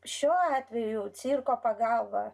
šiuo atveju cirko pagalba